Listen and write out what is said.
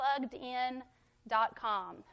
PluggedIn.com